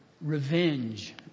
revenge